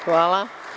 Hvala.